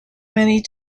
many